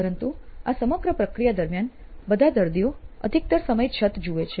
પરંતુ આ સમગ્ર પ્રક્રિયા દરમિયાન બધા દર્દીઓ અધિકતર સમય છત જુએ છે